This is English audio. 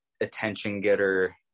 attention-getter